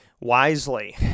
wisely